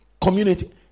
community